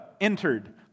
Entered